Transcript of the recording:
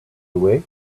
away